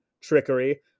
trickery